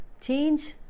Change